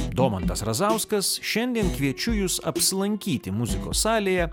domantas razauskas šiandien kviečiu jus apsilankyti muzikos salėje